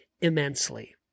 immensely